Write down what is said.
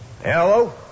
Hello